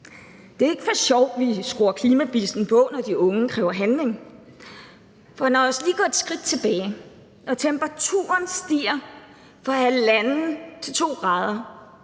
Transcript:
Det er ikke for sjov, at vi skruer klimabissen på, når de unge kræver handling. Lad os lige gå et skridt tilbage: Når temperaturen stiger fra 1,5 til 2 grader,